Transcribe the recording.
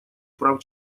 прав